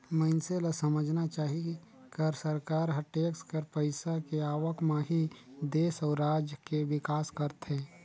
मइनसे ल समझना चाही कर सरकार हर टेक्स कर पइसा के आवक म ही देस अउ राज के बिकास करथे